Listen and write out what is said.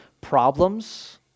problems